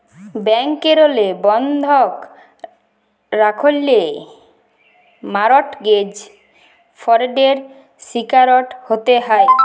ব্যাংকেরলে বন্ধক রাখল্যে মরটগেজ ফরডের শিকারট হ্যতে হ্যয়